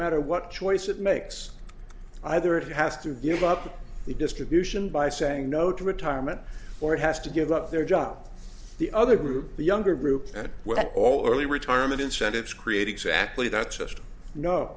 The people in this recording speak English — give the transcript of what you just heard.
matter what choice it makes either it has to give up the distribution by saying no to retirement or it has to give up their job the other group the younger group and what all early retirement incentives create exactly that's just no